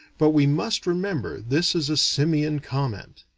but we must remember this is a simian comment.